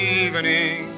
evening